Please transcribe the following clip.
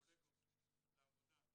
קולגות לעבודה,